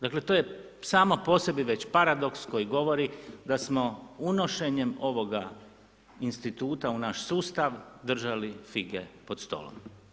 Dakle, to je samo po sebi već paradoks koji govori da smo unošenjem ovoga instituta u naš sustav, držali fige pod stolom.